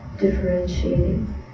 differentiating